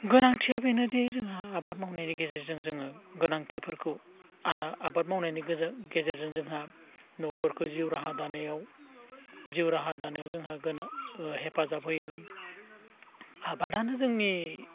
गोनांथिया बेनोदि जोंहा आबाद मावनाय गेजेरजों जोङो गोनांथिफोरखौ आबाद मावनायनि गेजेरजों जोंहा न'खरखौ जिउ राहा दानायाव जिउ राहा दानायाव जोंहा गोबां हेफाजाब होयो आबादानो जोंनि